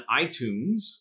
iTunes